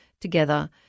together